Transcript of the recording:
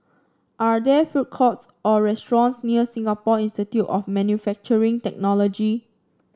are there food courts or restaurants near Singapore Institute of Manufacturing Technology